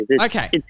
Okay